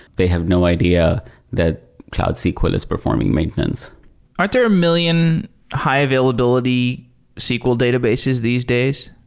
they have no idea that cloud sql is performing maintenance are there a million high-availability sql databases these days?